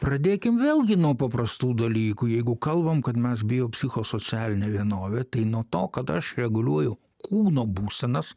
pradėkim vėlgi nuo paprastų dalykų jeigu kalbam kad mes biopsichosocialinė vienovė tai nuo to kad aš reguliuoju kūno būsenas